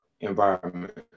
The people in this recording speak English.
environment